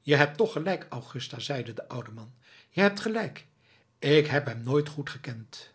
je hebt toch gelijk augusta zeide de oude man je hebt gelijk ik heb hem nooit goed gekend